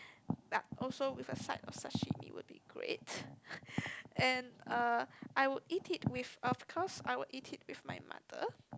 lah also with a side of sashimi will be great and uh I will eat it with of course I will eat it with my mother